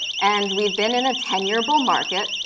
and we've been in a ten year bull market,